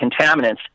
contaminants